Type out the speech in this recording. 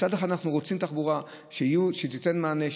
מצד אחד אנחנו רוצים תחבורה שתיתן מענה,